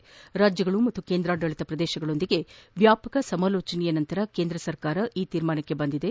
ರಾಜ್ಯಗಳು ಮತ್ತು ಕೇಂದ್ರಾಡಳಿತ ಪ್ರದೇಶಗಳೊಂದಿಗೆ ವ್ಯಾಪಕ ಸಮಾಲೋಚನೆಯ ನಂತರ ಕೇಂದ್ರ ಸರ್ಕಾರ ಈ ತೀರ್ಮಾನ ತೆಗೆದುಕೊಂಡಿದೆ